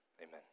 Amen